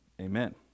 Amen